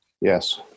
Yes